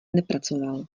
nepracoval